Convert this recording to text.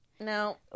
No